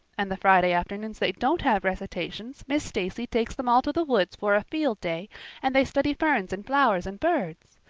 and the friday afternoons they don't have recitations miss stacy takes them all to the woods for a field day and they study ferns and flowers and birds.